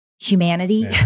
humanity